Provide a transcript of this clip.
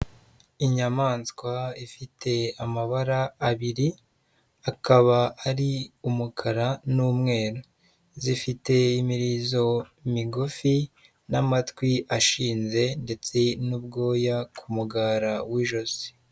Inyamaswa ifite amabara abiri akaba ari umukara n'umweru, zifite imirizo migufi n'amatwi ashinze ndetse n'ubwoya ku mugara w'ijosi.